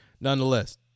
nonetheless